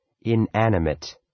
Inanimate